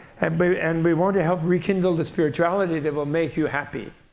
and but and we want to help rekindle the spirituality that will make you happy.